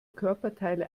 körperteile